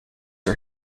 are